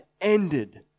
ended